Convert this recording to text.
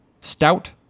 stout